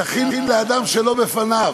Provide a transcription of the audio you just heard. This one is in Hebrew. זכין לאדם שלא בפניו.